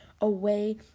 away